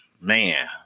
man